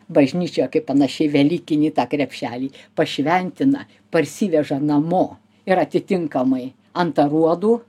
bažnyčia kaip panašiai velykinį tą krepšelį pašventina parsiveža namo ir atitinkamai ant aruodų